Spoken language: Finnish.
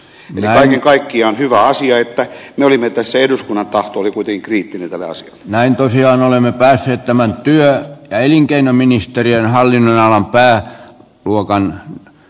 kaiken kaikkiaan hyvä asia että eduskunnan tahto oli kuitenkin kriittinen talous näin tosiaan olemme päässeet tämän työ ja elinkeinoministeriön hallinnonalan tälle asialle